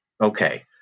okay